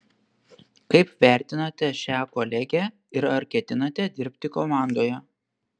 kaip vertinate šią kolegę ir ar ketinate dirbti komandoje